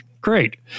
Great